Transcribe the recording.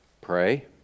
Pray